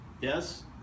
Yes